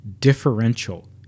differential